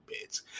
beds